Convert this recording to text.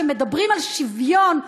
שמדברים על שוויון,